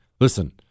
Listen